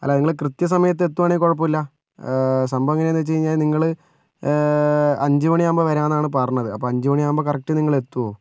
അല്ല നിങ്ങൾ കൃത്യ സമയത്ത് എത്തുകയാണേൽ കുഴപ്പമില്ല സംഭവം എങ്ങനെയാണെന്ന് വെച്ചുകഴിഞ്ഞാൽ നിങ്ങൾ അഞ്ച് മണിയാകുമ്പോൾ വരാമെന്നാണ് പറഞ്ഞത് അപ്പം അഞ്ച് മണിയാകുമ്പോൾ കറക്ട് നിങ്ങളെത്തുമോ